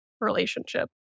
relationship